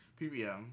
pbm